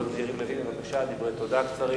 חבר הכנסת יריב לוין, בבקשה, דברי תודה קצרים.